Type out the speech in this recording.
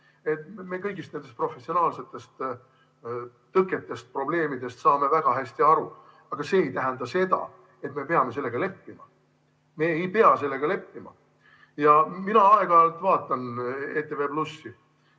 nendest professionaalsetest tõketest ja probleemidest väga hästi aru, aga see ei tähenda, et me peame sellega leppima. Me ei pea sellega leppima. Mina aeg-ajalt vaatan ETV+,